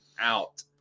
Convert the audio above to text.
out